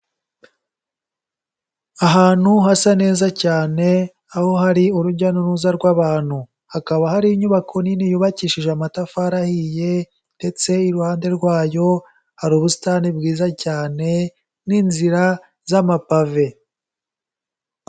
Ahantu hasa neza cyane, aho hari urujya n'uruza rw'abantu, hakaba hari inyubako nini yubakishije amatafari ahiye ndetse iruhande rwayo hari ubusitani bwiza cyane n'inzira z'amapave.